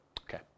Okay